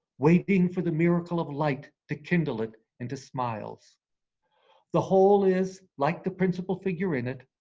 waiting for the miracle of light to kindle it into smiles the whole is, like the principal figure in it,